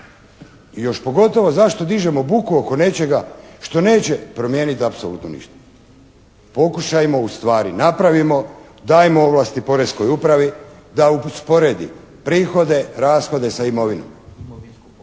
I još pogotovo zašto dižemo buku oko nečega što neće promijeniti apsolutno ništa. Pokušajmo, ustvari napravimo, dajmo ovlasti Poreskoj upravi da usporedi prihode, rashode sa imovinom.